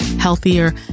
healthier